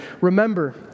Remember